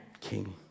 king